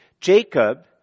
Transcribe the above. Jacob